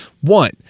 One